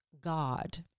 God